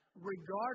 regardless